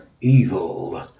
evil